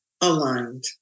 aligned